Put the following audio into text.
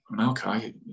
okay